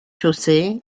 chaussée